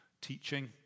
teaching